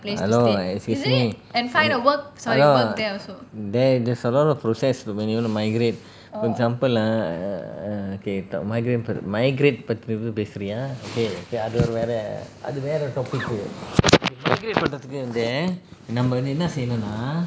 hello excuse me mm hello there there's a lot of process to when you wanna migrate for example ah err K migrate பத்தி பேசுறியா:pathi pesuriya migrate அது வேற:adhu vera ah okay அது வேற:adhu vera topic migrate பண்றதுக்கு வந்து நம்ம என்ன செய்யணும்னா:panrathuku namma enna seiyanumna